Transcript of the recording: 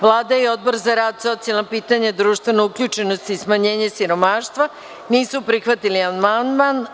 Vlada i Odbor za rad, socijalna pitanja, društvenu uključenost i smanjenje siromaštva nisu prihvatili amandman.